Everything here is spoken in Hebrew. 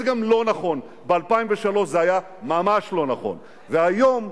אל תזלזלו בהפחתת מסים,